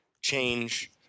Change